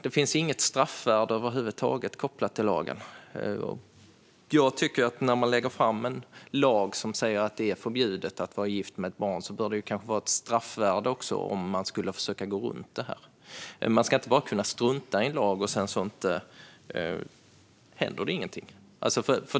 Det finns inget straffvärde över huvud taget kopplat till lagen. När man lägger fram ett lagförslag där det sägs att det är förbjudet att vara gift med ett barn bör det finnas ett straffvärde om någon försöker gå runt detta. Det ska inte vara möjligt att bara strunta i en lag och att det sedan inte händer någonting.